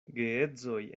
geedzoj